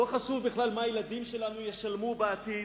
לא חשוב בכלל מה הילדים שלנו ישלמו בעתיד,